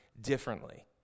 differently